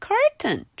Curtain